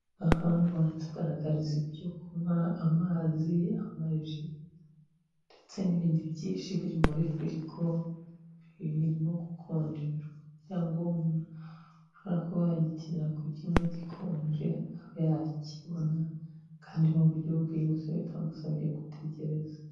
Aha haratugaragariza ibyo kunywa amazi, amaji ndetse n'ibindi byinshi biri muri firigo, birimo gukonjeshwa kugira ngo umuntu ashobora kuba yagikenera kukinywa gikonje abe yakibona kandi mu buryo bwihuse bitamusabye gutegereza.